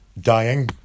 dying